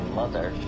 mother